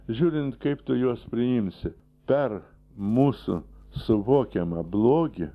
žiūrint kaip tu juos priimsi per mūsų suvokiamą blogį